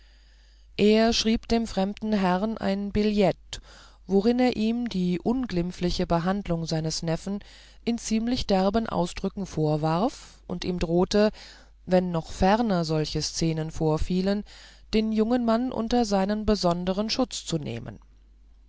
er schrieb dem fremden herrn ein billett worin er ihm die unglimpfliche behandlung seines neffen in ziemlich derben ausdrücken vorwarf und ihm drohte wenn noch ferner solche szenen vorfielen den jungen mann unter seinen besonderen schutz zu nehmen